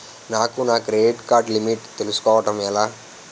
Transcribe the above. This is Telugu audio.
నాకు నా క్రెడిట్ కార్డ్ లిమిట్ తెలుసుకోవడం ఎలా?